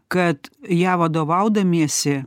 kad ja vadovaudamiesi